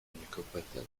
niekompetentny